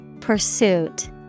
Pursuit